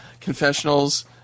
confessionals